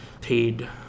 paid